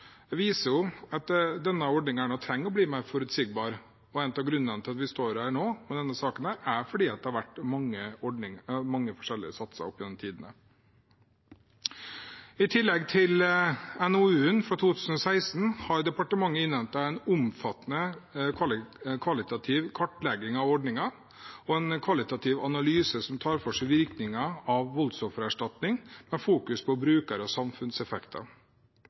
viser at denne ordningen trenger å bli mer forutsigbar. En av grunnene til at vi står med denne saken nå, er at det har vært mange forskjellige satser opp gjennom tidene. I tillegg til NOU-en fra 2016 har departementet innhentet en omfattende kvalitativ kartlegging av ordningen og en kvalitativ analyse som tar for seg virkningen av voldsoffererstatning, med brukere og samfunnseffekter